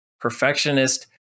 Perfectionist